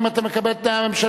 האם אתה מקבל את התניית הממשלה?